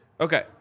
Okay